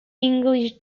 english